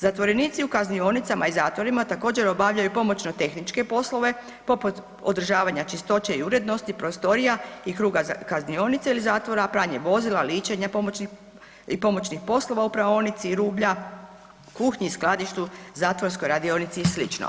Zatvorenici u kaznionicama i zatvorima također obavljaju i pomoćno-tehničke poslove poput održavanja čistoće i urednosti prostorija i kruga kaznionice ili zatvora, pranje vozila, ličenje i pomoćnih poslova u praonici rublja, kuhinji, skladištu, zatvorskoj radionici i slično.